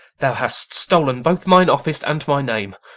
thou hast stol'n both mine office and my name!